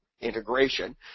Integration